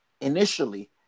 initially